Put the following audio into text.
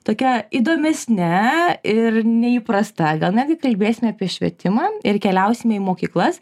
tokia įdomesne ir neįprasta gal netgi kalbėsime apie švietimą ir keliausime į mokyklas